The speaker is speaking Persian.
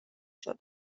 شدم